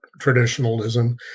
traditionalism